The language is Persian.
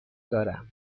دارم